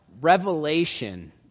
revelation